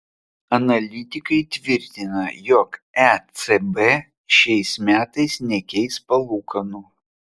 analitikai tvirtina jog ecb šiais metais nekeis palūkanų